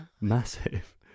Massive